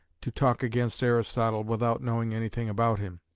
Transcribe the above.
to talk against aristotle without knowing anything about him